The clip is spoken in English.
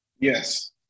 yes